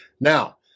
Now